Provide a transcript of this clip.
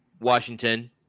Washington